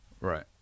right